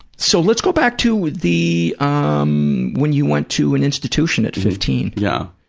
so, let's go back to the, um when you went to an institution at fifteen. yeah.